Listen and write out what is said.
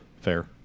fair